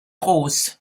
groß